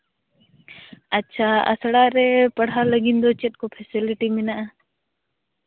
ᱟᱪᱪᱷᱟ ᱟᱥᱲᱟ ᱨᱮ ᱯᱟᱲᱦᱟᱣ ᱞᱟᱹᱜᱤᱫ ᱫᱚ ᱪᱮᱫ ᱠᱚ ᱯᱷᱮᱥᱮᱞᱤᱴᱤ ᱢᱮᱱᱟᱜᱼᱟ